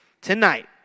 Tonight